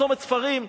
"צומת ספרים",